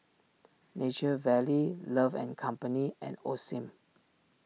Nature Valley Love and company and Osim